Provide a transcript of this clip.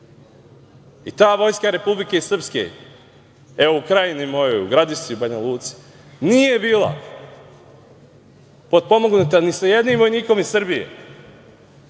ta vojska Republike Srpske, evo u Krajini mojoj, Gradišci, Banja Luci, nije bila potpomognuta ni sa jednim vojnikom iz Srbije,